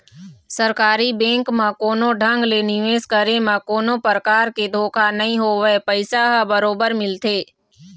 सरकारी बेंक म कोनो ढंग ले निवेश करे म कोनो परकार के धोखा नइ होवय पइसा ह बरोबर मिलथे